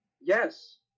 Yes